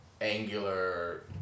angular